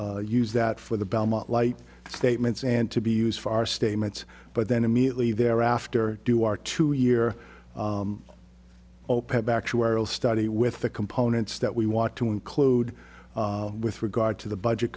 to use that for the belmont light statements and to be used for our statements but then immediately thereafter do our two year opec actuarial study with the components that we want to include with regard to the budget